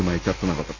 യുമായി ചർച്ച നടത്തും